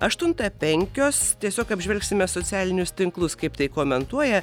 aštuntą penkios tiesiog apžvelgsime socialinius tinklus kaip tai komentuoja